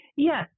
Yes